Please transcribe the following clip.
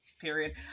period